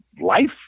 life